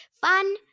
Fun